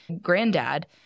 granddad